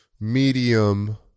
medium